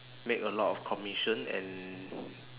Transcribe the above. make a lot of commission and